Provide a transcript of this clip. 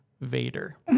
Vader